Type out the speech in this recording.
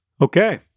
Okay